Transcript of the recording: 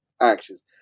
actions